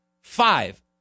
Five